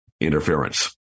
Interference